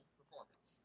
performance